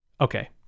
Okay